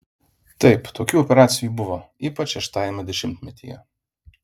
taip tokių operacijų buvo ypač šeštajame dešimtmetyje